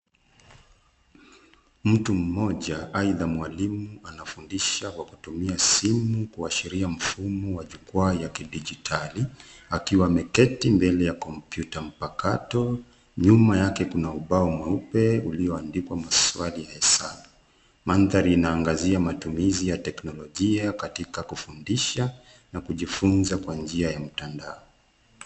Mtu mmoja aidha mwalimu anafundisha kwa kutumia simu, kuashiria mfumo wa jukwaa ya kidijitali akiwa ameketi mbele ya kompyuta mpakato, Nyuma yake kuna kuna ubao mweupe, ulioandikwa maswali ya hesabu. Mandhari inaangazia matumizi ya teknolojia katika kufundisha na kujifunza kwa njia ya mtandao.